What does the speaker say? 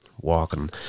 walking